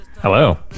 Hello